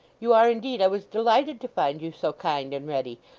you are indeed. i was delighted to find you so kind and ready.